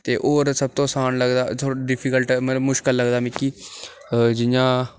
ते होर सब तू असान लगदा थोह्ड़ा डिफीकल्ट मतलब मुश्कल लगदा मिगी जि'यां